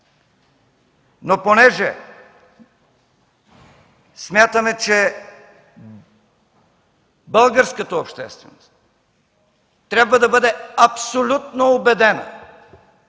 Но понеже смятаме, че българската общественост трябва да бъде абсолютно убедена